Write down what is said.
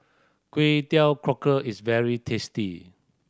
Kway Teow Cockle is very tasty